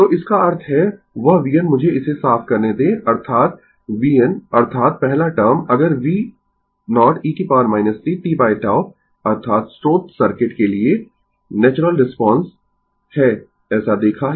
तो इसका अर्थ है वह vn मुझे इसे साफ करने दें अर्थात vn अर्थात पहला टर्म अगर v0 e t tτ अर्थात स्रोत सर्किट के लिए नेचुरल रिस्पांस है ऐसा देखा है